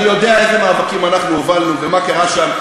אני יודע איזה מאבקים אנחנו הובלנו ומה קרה שם.